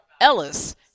Ellis